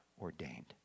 ordained